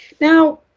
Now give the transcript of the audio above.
Now